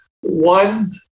One